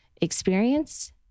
experience